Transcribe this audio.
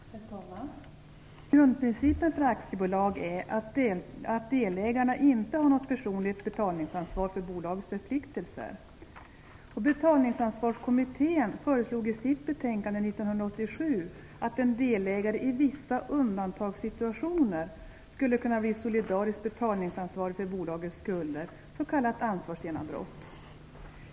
Herr talman! Grundprincipen för aktiebolag är att delägarna inte har något personligt betalningsansvar för bolagets förpliktelser. Betalningsansvarskommittén föreslog i sitt betänkande 1987 att en delägare i vissa undantagssituationer skulle kunna bli solidariskt betalningsansvarig för bolagets skulder, s.k. ansvarsgenombrott.